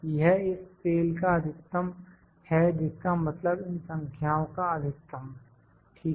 यह इस सेल का अधिकतम है जिसका मतलब इन संख्याओं का अधिकतम ठीक है